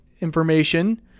information